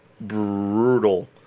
brutal